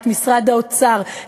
את משרד האוצר,